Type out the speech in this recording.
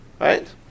Right